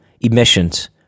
emissions